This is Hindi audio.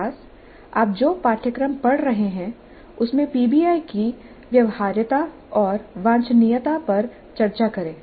अभ्यास आप जो पाठ्यक्रम पढ़ा रहे हैं उसमें पीबीआई की व्यवहार्यता और वांछनीयता पर चर्चा करें